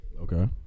okay